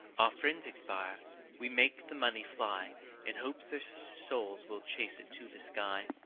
our friends expire we make the money fly in hope their souls will chase it to the sky.